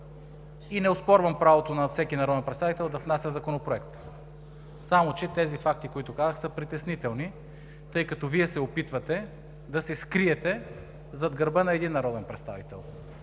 И не оспорвам правото на народен представител да внася законопроект. Само че тези факти, които казах, са притеснителни, тъй като Вие се опитвате да се скриете зад гърба на един народен представител.